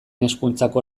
hezkuntzako